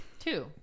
Two